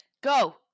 Go